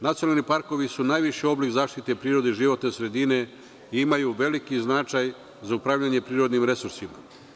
Nacionalni parkovi su najviši oblik zaštite prirode i životne sredine i imaju veliki značaj za upravljanje prirodnim resursima.